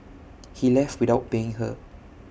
he left without paying her